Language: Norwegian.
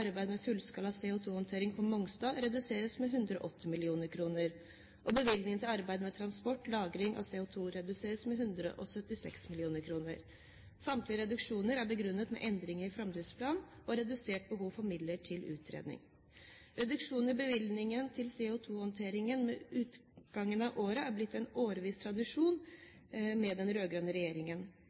arbeidet med fullskala CO2-håndtering på Mongstad reduseres med 180 mill. kr, og bevilgningene til arbeidet med transport og lagring av CO2 reduseres med 176 mill. kr. Samtlige reduksjoner er begrunnet med endringer i framdriftsplan og redusert behov for midler til utredning. Reduksjon i bevilgningene til CO2-håndtering ved utgangen av året er blitt en årviss tradisjon med den